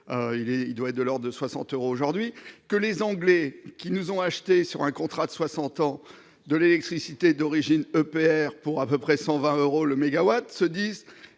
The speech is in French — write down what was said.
il doit de leur de 60 heures aujourd'hui que les Anglais, qui nous ont acheté sur un contrat de 60 ans, de l'électricité d'origine EPR pour à peu près 120 euros le mégawatt se disent